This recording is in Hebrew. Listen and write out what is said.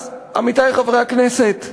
אז, עמיתי חברי הכנסת,